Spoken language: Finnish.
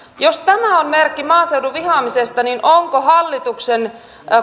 jos tämä on merkki maaseudun vihaamisesta niin ovatko hallituksen